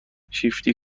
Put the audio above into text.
شیفتی